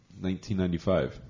1995